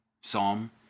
Psalm